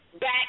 back